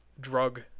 drug